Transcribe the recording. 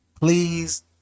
please